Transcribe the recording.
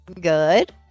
Good